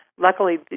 Luckily